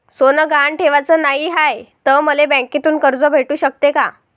सोनं गहान ठेवाच नाही हाय, त मले बँकेतून कर्ज भेटू शकते का?